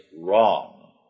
wrong